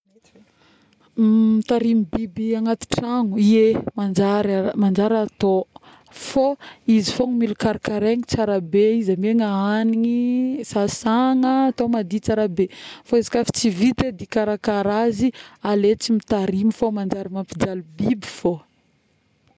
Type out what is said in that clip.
˂noise˃ mitarigny biby agnaty tragno, ie manjary atô fô, izy fôgny mila karakaraigny tsara be izy aveo na hanigny, sasagna, atao madio tsara be, fô izy ka fa tsy vita edy mikarakara azy aleo tsy mitarigny fa manjary mampijaly biby fô